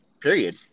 Period